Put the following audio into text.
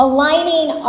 Aligning